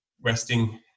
resting